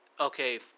Okay